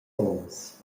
onns